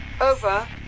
Over